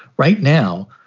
right now,